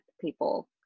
people